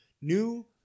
new